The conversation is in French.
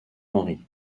henri